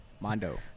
Mondo